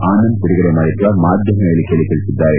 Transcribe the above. ಆನಂದ್ ಬಿಡುಗಡೆ ಮಾಡಿರುವ ಮಾಧ್ಯಮ ಹೇಳಿಕೆಯಲ್ಲಿ ತಿಳಿಸಿದ್ದಾರೆ